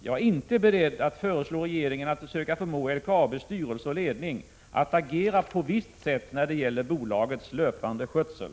Jag är inte beredd att föreslå regeringen att försöka förmå LKAB:s styrelse och ledning att agera på visst sätt när det gäller bolagets löpande skötsel.